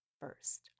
first